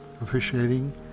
Officiating